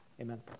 Amen